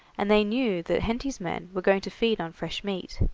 and they knew that henty's men were going to feed on fresh meat,